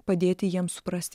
padėti jiems suprasti